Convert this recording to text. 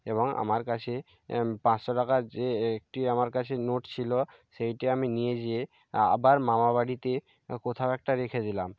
এবং আমার কাছে পাঁচশো টাকার যে একটি আমার কাছে নোট ছিল সেটি আমি নিয়ে যেয়ে আবার মামাবাড়িতে কোথাও একটা রেখে দিলাম